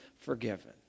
forgiven